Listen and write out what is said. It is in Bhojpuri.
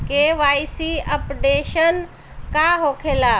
के.वाइ.सी अपडेशन का होखेला?